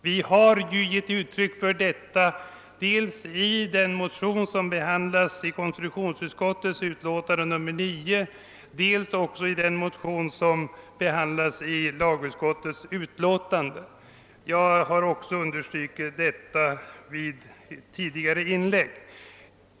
Vi har ju gett uttryck för detta dels i den motion som behandlas i konstitutionsutskottets utlåtande nr 9, dels också i den motion som behandlas i första lagutskottets utlåtande nr 3. Jag har också understrukit detta i tidigare inlägg.